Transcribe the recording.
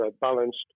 balanced